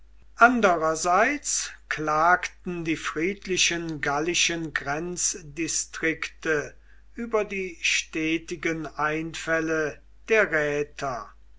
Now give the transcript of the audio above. andererseits klagten die friedlichen gallischen grenzdistrikte über die stetigen einfälle der räter